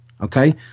Okay